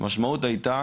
והמשמעות הייתה